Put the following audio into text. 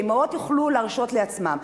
שאמהות יוכלו להרשות לעצמן,